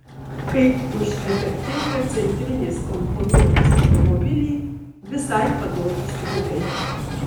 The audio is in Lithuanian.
kaip už efektingą centrinės komponuotės automobilį visai padorūs pinigai